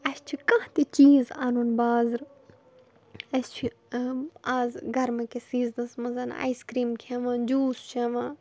اَسہِ چھِ کانٛہہ تہِ چیٖز اَنُن بازرٕ اَسہِ چھُ آز گرمہٕ کِس سیٖزنَس منٛز آیِس کرٛیٖم کھٮ۪وان جوٗس چٮ۪وان